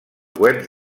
webs